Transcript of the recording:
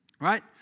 right